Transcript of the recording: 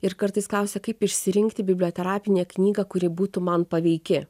ir kartais klausia kaip išsirinkti biblioterapinę knygą kuri būtų man paveiki